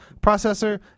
processor